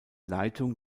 leitung